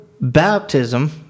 baptism